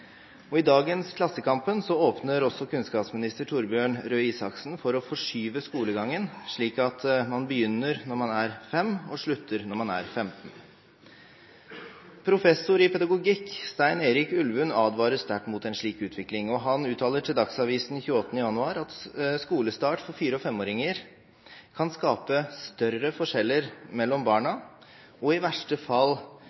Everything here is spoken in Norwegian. I dagens Klassekampen åpner også kunnskapsminister Torbjørn Røe Isaksen for å forskyve skolegangen, slik at man begynner når man er fem år, og slutter når man er 15 år. Professor i pedagogikk Stein Erik Ulvund advarer sterkt mot en slik utvikling, og han uttaler til Dagsavisen 28. januar at skolestart for fire- og femåringer kan skape større forskjeller mellom